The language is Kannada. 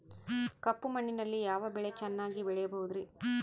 ಕಪ್ಪು ಮಣ್ಣಿನಲ್ಲಿ ಯಾವ ಬೆಳೆ ಚೆನ್ನಾಗಿ ಬೆಳೆಯಬಹುದ್ರಿ?